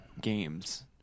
games